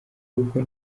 rugo